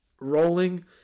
rolling